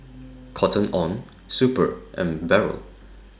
Cotton on Super and Barrel